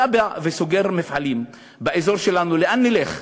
אתה בא וסוגר מפעלים באזור שלנו, לאן נלך?